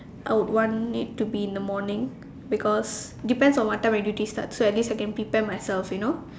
I would want it to be in the morning because depends on what time my duty starts so at least I can prepare myself you know